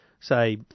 say